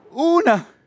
Una